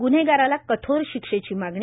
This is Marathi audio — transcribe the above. गुन्हेगाराला कठोर शिक्षेची मागणी